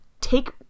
take